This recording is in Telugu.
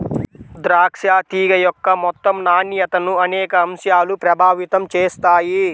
ద్రాక్ష తీగ యొక్క మొత్తం నాణ్యతను అనేక అంశాలు ప్రభావితం చేస్తాయి